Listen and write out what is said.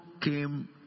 came